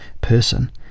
person